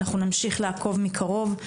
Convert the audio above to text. אנחנו נמשיך לעקוב מקרוב,